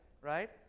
right